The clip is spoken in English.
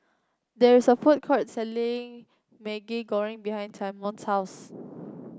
there is a food court selling Maggi Goreng behind Simone's house